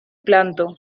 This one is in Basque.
planto